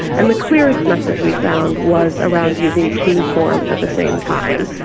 and the clearest message we found was around using two forms at the same time.